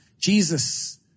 Jesus